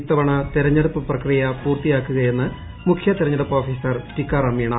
ഇത്തവണ തിരഞ്ഞെടുപ്പ് പ്രക്രിയ പൂർത്തിയാക്കുകയെന്ന് മുഖ്യ തിരഞ്ഞെടുപ്പ് ഓഫീസർ ടിക്കാറാം മീണ